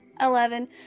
Eleven